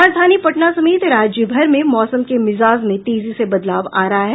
राजधानी पटना समेत राज्यभर में मौसम के मिजाज में तेजी से बदलाव आ रहा है